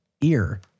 ear